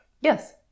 Yes